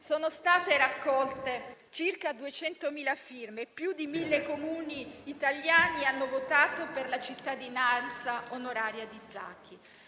Sono state raccolte circa 200.000 firme e più di 1.000 Comuni italiani hanno votato per la cittadinanza onoraria di Zaki.